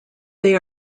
they